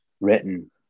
written